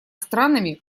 странами